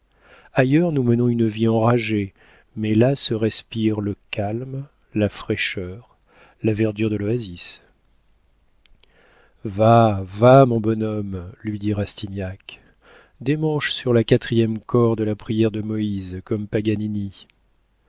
ailleurs nous menons une vie enragée mais là se respire le calme la fraîcheur la verdure de l'oasis va va mon bonhomme lui dit rastignac démanche sur la quatrième corde la prière de moïse comme paganini